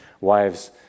wives